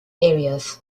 areas